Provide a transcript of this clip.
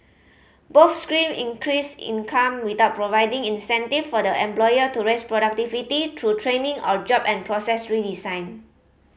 both scheme increased income without providing incentive for the employer to raise productivity through training or job and process redesign